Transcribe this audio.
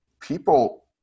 people